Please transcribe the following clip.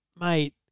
mate